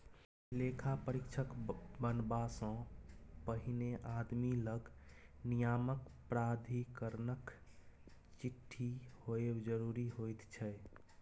लेखा परीक्षक बनबासँ पहिने आदमी लग नियामक प्राधिकरणक चिट्ठी होएब जरूरी होइत छै